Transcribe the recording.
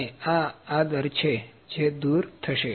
અને આ આદર છે જે દૂર થશે